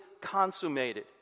consummated